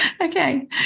Okay